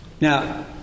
Now